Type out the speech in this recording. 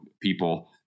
people